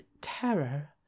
terror